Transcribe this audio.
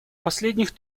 последних